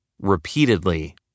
repeatedly